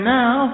now